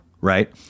Right